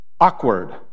Awkward